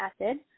acid